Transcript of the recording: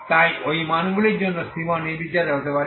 তাই ওই মানগুলির জন্য c1 নির্বিচারে হতে পারে